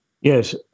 Yes